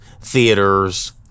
theaters